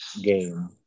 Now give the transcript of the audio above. game